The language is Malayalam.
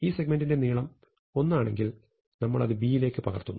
ഈ സെഗ്മെന്റിന്റെ ദൈർഘ്യം 1 ആണെങ്കിൽ നമ്മൾ അത് B യിലേക്ക് പകർത്തുന്നു